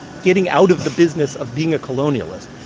getting out of the business of being a colonialist,